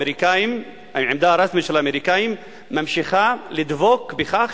העמדה הרשמית של האמריקנים ממשיכה לדבוק בכך